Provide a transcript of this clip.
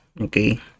okay